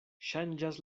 ŝanĝas